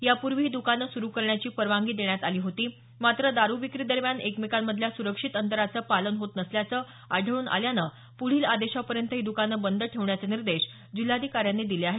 यापूर्वी ही दुकानं सुरू करण्याची परवानगी देण्यात आली होती मात्र दारू विक्री दरम्यान एकमेकांमधल्या सुरक्षित अंतराचं पालन होत नसल्याचं आढळून आल्यानं पुढील आदेशापर्यंत ही दुकानं बंद ठेवण्याचे निर्देश जिल्हाधिकाऱ्यांनी दिले आहेत